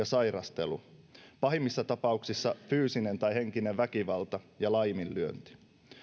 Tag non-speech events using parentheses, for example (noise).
(unintelligible) sairastelu pahimmissa tapauksissa fyysinen tai henkinen väkivalta ja laiminlyönti